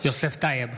יוסף טייב,